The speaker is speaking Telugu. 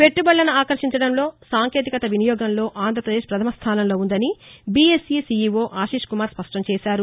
పెట్టుబడులను ఆకర్షించడంలో సాంకేతికత వినియోగంలో ఆంధ్రప్రదేశ్ ప్రథమ స్థానంలో ఉ ందని బీఎస్ఈ సీఈవో ఆశిష్ కుమార్ స్పష్టం చేశారు